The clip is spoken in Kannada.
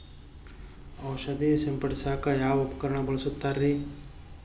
ಔಷಧಿ ಸಿಂಪಡಿಸಕ ಯಾವ ಉಪಕರಣ ಬಳಸುತ್ತಾರಿ?